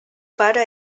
pare